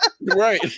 Right